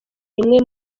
rimwe